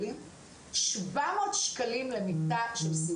אנחנו יכולים לראות עכשיו את הנתונים של מדינת ישראל.